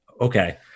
Okay